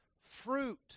Fruit